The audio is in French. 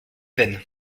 veine